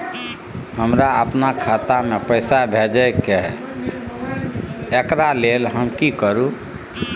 हमरा अपन खाता में पैसा भेजय के है, एकरा लेल हम की करू?